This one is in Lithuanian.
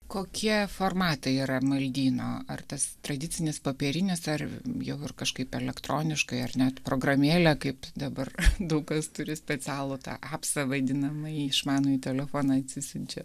kokie formatai yra maldyno ar tas tradicinis popierinis ar jau ir kažkaip elektroniškai ar net programėlė kaip dabar daug kas turi specialų tą apsą vadinamąjį išmanųjį telefoną atsisiunčia